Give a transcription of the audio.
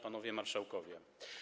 Panowie Marszałkowie!